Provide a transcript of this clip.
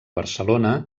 barcelona